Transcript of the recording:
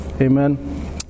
Amen